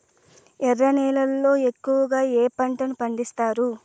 ఎర్ర నేలల్లో ఎక్కువగా ఏ పంటలు పండిస్తారు